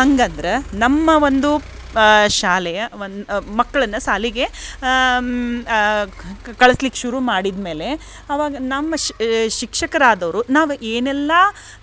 ಹಂಗಂದ್ರೆ ನಮ್ಮ ಒಂದು ಶಾಲೆಯ ಒಂದು ಮಕ್ಕಳನ್ನು ಶಾಲಿಗೆ ಕಳ್ಸ್ಲಿಕ್ಕೆ ಶುರು ಮಾಡಿದ್ಮೇಲೆ ಆವಾಗ ನಮ್ಮ ಶಿಕ್ಷಕರಾದವರು ನಾವು ಏನೆಲ್ಲಾ